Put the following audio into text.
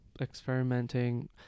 experimenting